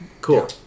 Cool